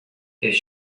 his